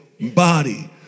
body